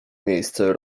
miejsce